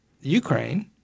Ukraine